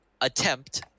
attempt